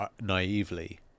naively